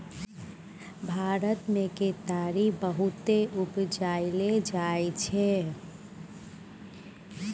भारत मे केतारी बहुते उपजाएल जाइ छै